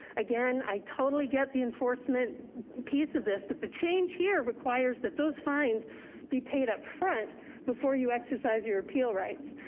again, i totally get the enforcement piece of this but the change here requires that those fines be paid up front before you exercise your appeal rights,